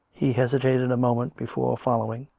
he hesitated a moment before following.